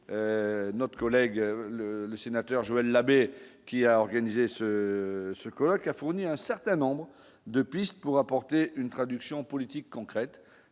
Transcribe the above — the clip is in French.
notre collègue le sénateur Joël Labbé, qui a organisé ce ce couac a fourni un certain nombres de pistes pour apporter une traduction politique concrète,